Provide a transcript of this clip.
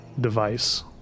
device